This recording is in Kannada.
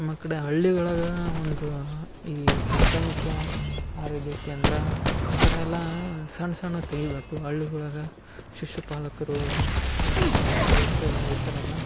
ನಮ್ಮ ಕಡೆ ಹಳ್ಳಿಗಳಗಾ ಒಂದೂ ಈ ಪ್ರಾರ್ತಮಿಕಾ ಆರೋಗ್ಯ ಕೇಂದ್ರ ಆ ತರ ಎಲ್ಲಾ ಸಣ್ ಸಣ್ಣದ್ ತೆಗಿಬೇಕು ಅಳ್ಳಿಗುಳಗ ಶಿಶುಪಾಲಕ್ರು ಅಂದ್ರಾ ನರ್ಸ್ಗುಳ್ಸ್ ಇರ್ತರಲ್ಲ